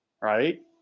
right